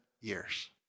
years